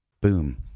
Boom